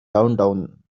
downtown